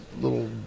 little